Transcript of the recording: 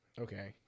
Okay